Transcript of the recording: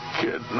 kid